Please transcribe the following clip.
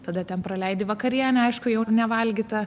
tada ten praleidi vakarienę aišku jau nevalgytą